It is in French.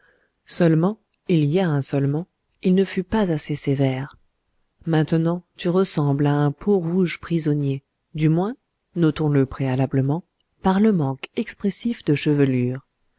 seulement il y a un seulement il ne fut pas assez sévère maintenant tu ressembles à un peau-rouge prisonnier du moins notons le préalablement par le manque expressif de chevelure